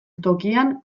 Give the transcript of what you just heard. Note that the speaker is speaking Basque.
tokian